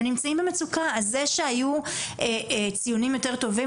זה שהיו ציונים יותר טובים,